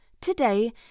today